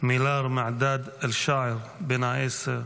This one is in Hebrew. מילאד מעדאד שאער, בן עשר,